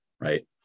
right